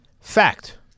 Fact